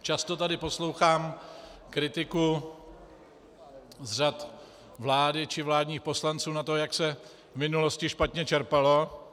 Často tady poslouchám kritiku z řad vlády či vládních poslanců na to, jak se v minulosti špatně čerpalo.